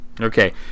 Okay